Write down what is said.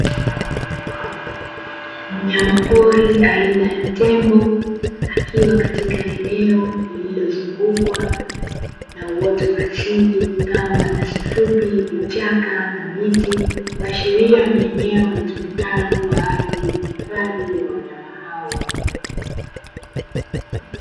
Mnyama pori aina ya tembo akiwa katika eneo, lililozungukwa na uoto wa asili kama nyasi fupi, vichaka na miti kuashiria ni eneo litumikalo kwa ajili ya hifadhi ya wanyama hao.